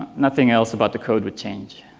nothing else about the code would change.